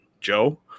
Joe